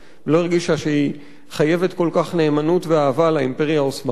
לא הרגישה שהיא חייבת כל כך נאמנות ואהבה לאימפריה העות'מאנית,